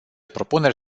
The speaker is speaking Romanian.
propuneri